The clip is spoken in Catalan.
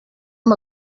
amb